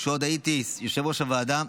כשעוד הייתי יושב-ראש הוועדה,